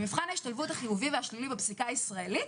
מבחן ההשתלבות החיובי והשלילי בפסיקה הישראלית,